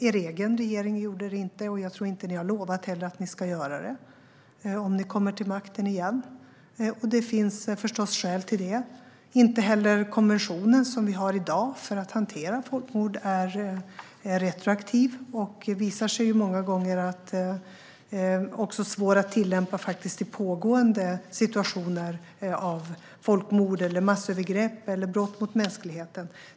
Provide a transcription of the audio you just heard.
Er egen regering gjorde det inte, och jag tror heller inte att ni har lovat att ni ska göra det om ni kommer till makten igen. Det finns förstås skäl till det. Den konvention som vi i dag har för att hantera folkmord är inte retroaktiv. Den har också visat sig svår att tillämpa även i pågående situationer av folkmord, massövergrepp eller brott mot mänskligheten.